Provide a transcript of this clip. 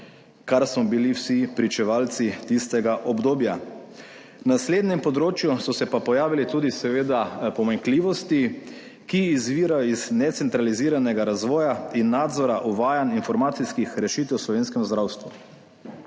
kar smo bili vsi pričevalci tistega obdobja. Na naslednjem področju so se pa pojavile tudi seveda pomanjkljivosti, ki izvirajo iz ne centraliziranega razvoja in nadzora uvajanj informacijskih rešitev v slovenskem zdravstvu.